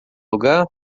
lugar